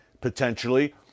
potentially